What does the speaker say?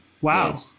wow